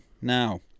Now